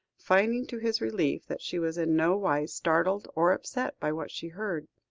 finding, to his relief, that she was in no wise startled or upset by what she heard.